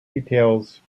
details